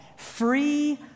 free